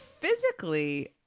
physically